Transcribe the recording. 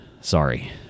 Sorry